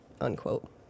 Unquote